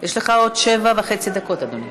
יש לך עוד שבע וחצי דקות, אדוני.